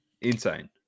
Insane